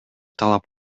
талап